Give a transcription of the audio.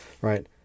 right